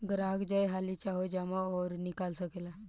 ग्राहक जय हाली चाहो जमा अउर निकाल सकेला